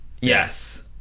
Yes